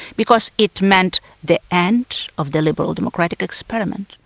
because it meant the end of the liberal democratic experiment.